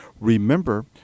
Remember